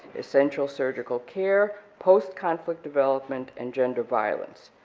essential surgical care, post-conflict development, and gender violence,